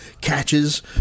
catches